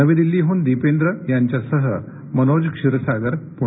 नवी दिल्लीहून दिपेंद्र यांच्यासह मनोज क्षीरसागर पुणे